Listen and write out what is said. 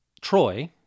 Troy